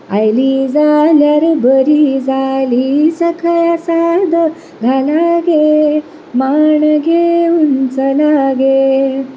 आयली जाल्यार बरी जाली सख्या साद घाला गे मांड घेवून चला गे